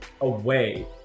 away